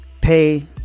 pay